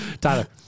Tyler